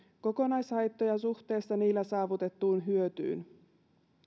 kokonaishaittoja suhteessa niillä saavutettuun hyötyyn